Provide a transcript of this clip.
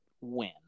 win